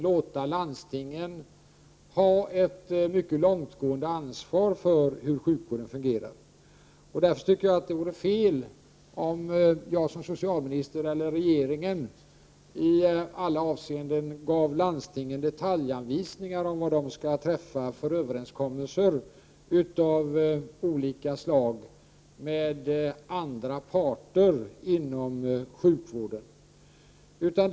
Landstingen har ett mycket långtgående ansvar för hur sjukvården fungerar. Därför tycker jag att det vore fel om jag som socialminister eller regeringen som sådan regeringen i alla avseenden gav landstingen detaljanvisningar om vad de skall träffa för överenskommelser av olika slag med andra parter inom sjukvården.